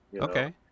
Okay